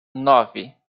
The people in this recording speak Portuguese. nove